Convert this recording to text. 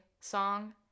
Song